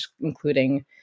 including